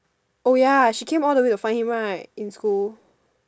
oh ya she came all the way to find him right in school